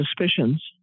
suspicions